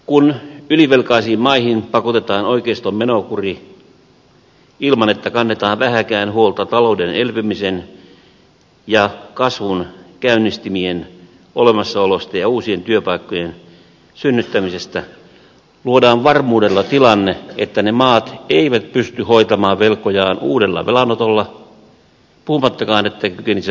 kun ylivelkaisiin maihin pakotetaan oikeiston menokuri ilman että kannetaan vähääkään huolta talouden elpymisen ja kasvun käynnistimien olemassaolosta ja uusien työpaikkojen synnyttämisestä luodaan varmuudella tilanne että ne maat eivät pysty hoitamaan velkojaan uudella velanotolla puhumattakaan että ne kykenisivät maksamaan niitä